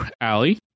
Allie